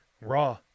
Raw